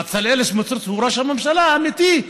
בצלאל סמוטריץ הוא ראש הממשלה האמיתי.